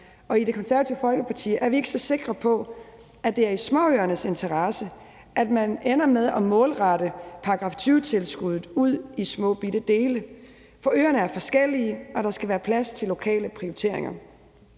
Og i Det Konservative Folkeparti er vi ikke så sikre på, at det er i småøernes interesse, at man ender med at målrette § 20-tilskuddet ud i små bitte dele. For øerne er forskellige, og der skal være plads til lokale prioriteringer.